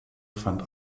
fand